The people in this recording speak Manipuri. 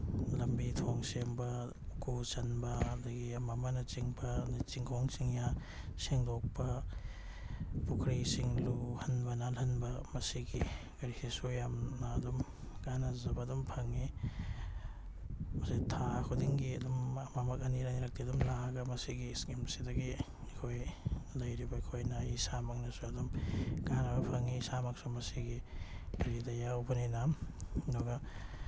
ꯂꯝꯕꯤ ꯊꯣꯡ ꯁꯦꯝꯕ ꯎꯀꯨ ꯆꯟꯕ ꯑꯗꯒꯤ ꯑꯃ ꯑꯃꯅꯆꯤꯡꯕ ꯑꯗꯒꯤ ꯆꯤꯡꯈꯣꯡ ꯆꯤꯡꯌꯥ ꯁꯦꯡꯗꯣꯛꯄ ꯄꯨꯈ꯭ꯔꯤ ꯏꯁꯤꯡ ꯂꯨꯍꯟꯕ ꯅꯥꯜꯍꯟꯕ ꯃꯁꯤꯒꯤ ꯀꯔꯤꯁꯤꯁꯨ ꯌꯥꯝꯅ ꯑꯗꯨꯝ ꯀꯥꯅꯖꯕ ꯑꯗꯨꯝ ꯐꯪꯉꯤ ꯃꯁꯤ ꯊꯥ ꯈꯨꯗꯤꯡꯒꯤ ꯑꯗꯨꯝ ꯑꯃꯃꯛ ꯑꯅꯤ ꯑꯅꯤꯔꯛꯇꯤ ꯑꯗꯨꯝ ꯂꯥꯛꯑꯒ ꯃꯁꯤꯒꯤ ꯏꯁꯀꯤꯝꯁꯤꯗꯒꯤ ꯑꯩꯈꯣꯏ ꯂꯩꯔꯤꯕ ꯑꯩꯈꯣꯏꯅ ꯑꯩ ꯏꯁꯥꯃꯛꯅꯁꯨ ꯑꯗꯨꯝ ꯀꯥꯅꯕ ꯐꯪꯉꯤ ꯏꯁꯥꯃꯛꯁꯨ ꯃꯁꯤꯒꯤ ꯀꯔꯤꯗ ꯌꯥꯎꯕꯅꯤꯅ ꯑꯗꯨꯒ